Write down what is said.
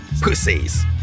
pussies